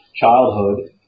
childhood